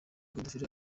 godfrey